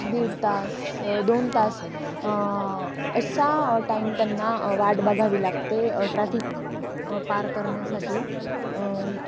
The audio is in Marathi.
दीड तास दोन तास असा टाईम त्यांना वाट बघावी लागते ट्रॅफिक पार करण्यासाठी